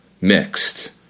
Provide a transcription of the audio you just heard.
mixed